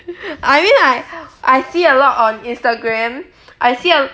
I really like I see a lot on instagram I see a